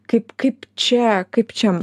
kai kaip čia kaip čia